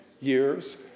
years